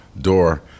door